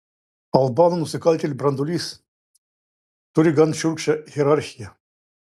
albanų nusikaltėlių branduolys turi gan šiurkščią hierarchiją